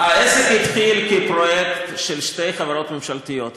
העסק התחיל כפרויקט של שתי חברות ממשלתיות.